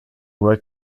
work